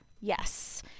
Yes